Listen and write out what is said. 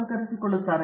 ಪ್ರತಾಪ್ ಹರಿಡೋಸ್ ಸರಿ